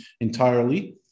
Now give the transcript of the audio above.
entirely